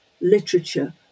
literature